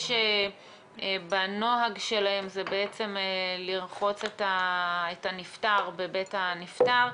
בנוהג שלהם זה לרחוץ את הנפטר בבית הנפטר.